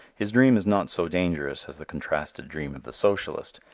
his dream is not so dangerous as the contrasted dream of the socialist,